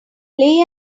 play